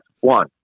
one